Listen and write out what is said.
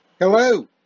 Hello